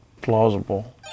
plausible